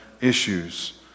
issues